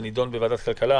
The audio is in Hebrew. זה נדון בוועדת הכלכלה,